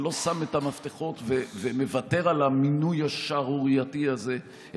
ולא שם את המפתחות ומוותר על המינוי השערורייתי הזה,